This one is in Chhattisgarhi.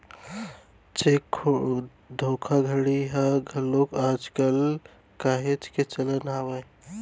चेक धोखाघड़ी ह घलोक आज कल काहेच के चलत हावय